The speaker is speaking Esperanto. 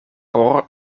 por